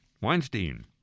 Weinstein